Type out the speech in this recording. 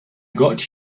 got